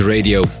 Radio